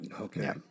Okay